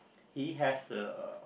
he has uh